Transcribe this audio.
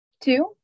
Two